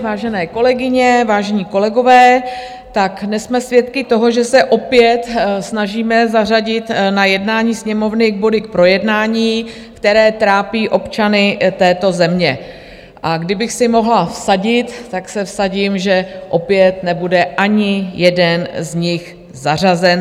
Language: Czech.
Vážené kolegyně, vážení kolegové, dnes jsme svědky toho, že se opět snažíme zařadit na jednání Sněmovny body k projednání, které trápí občany této země, a kdybych si mohla vsadit, tak se vsadím, že opět nebude ani jeden z nich zařazen.